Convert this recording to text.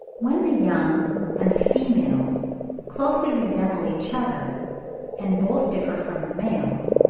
when the young and the females closely resemble each other and both differ from the males,